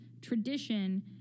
tradition